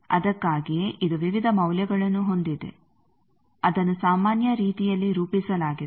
ಅದಕ್ಕಾಗಿಯೇ ಇದು ವಿವಿಧ ಮೌಲ್ಯಗಳನ್ನು ಹೊಂದಿದೆ ಅದನ್ನು ಸಾಮಾನ್ಯ ರೀತಿಯಲ್ಲಿ ರೂಪಿಸಲಾಗಿದೆ